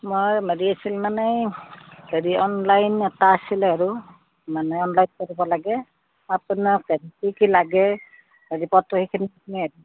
মই মাৰি আছিল মানে হেৰি অনলাইন এটা আছিলে আৰু মানে অনলাইন কৰিব লাগে আপোনাকে কি কি লাগে হেৰি পত্ৰ সেইখিনিয়ে